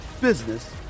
business